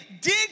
dig